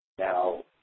Now